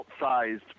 outsized